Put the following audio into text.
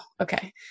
okay